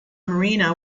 marina